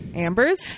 Ambers